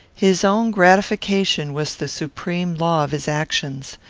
his own gratification was the supreme law of his actions.